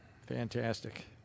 Fantastic